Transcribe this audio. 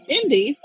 Indy